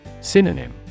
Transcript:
Synonym